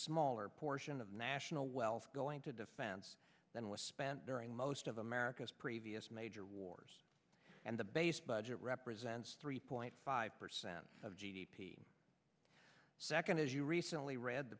smaller portion of national wealth going to defense than was spent during most of america's previous major wars and the base budget represents three point five percent of g d p second as you recently read the